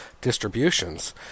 distributions